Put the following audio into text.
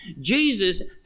Jesus